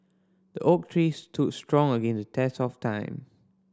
the oak tree stood strong against the test of time